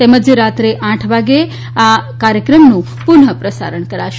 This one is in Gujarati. તેમજ રાત્રે આઠ વાગ્યે આ કાર્યક્રમનું પુનપ્રસારણ થશે